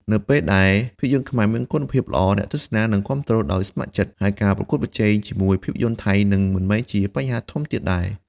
នៅពេលដែលភាពយន្តខ្មែរមានគុណភាពល្អ អ្នកទស្សនានឹងគាំទ្រដោយស្ម័គ្រចិត្ត ហើយការប្រកួតប្រជែងជាមួយភាពយន្តថៃនឹងមិនមែនជាបញ្ហាធំទៀតដែរ។